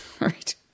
Right